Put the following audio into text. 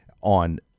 on